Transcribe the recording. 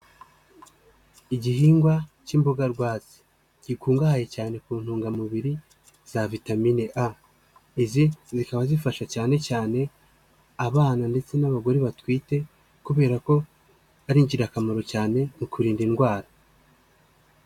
Igihingwa k'imboga rwatsi. Gikungahaye cyane ku ntungamubiri, za vitamine a. Izi zikaba zifasha cyane cyane, abana ndetse n'abagore batwite kubera ko, ari ingirakamaro cyane, mu kurinda indwara.